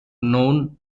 known